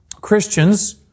Christians